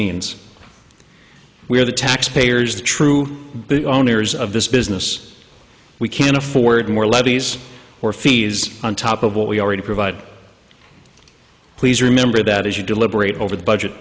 means we are the taxpayers the true owners of this business we can afford more levies or fees on top of what we already provide please remember that as you deliberate over the budget